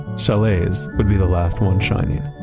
chaillet's would be the last one shining.